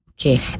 Okay